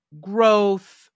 growth